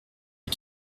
est